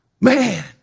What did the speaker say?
man